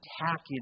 attacking